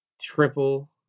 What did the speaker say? triple